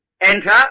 enter